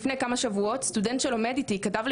לפני כמה שבועות סטודנט שלמד איתי כתב לי